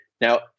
Now